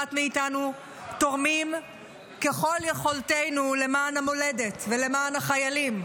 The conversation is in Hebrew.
ואחת מאיתנו תורמים ככל יכולתנו למען המולדת ולמען החיילים.